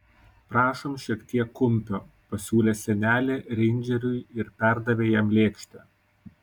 prašom šiek tiek kumpio pasiūlė senelė reindžeriui ir perdavė jam lėkštę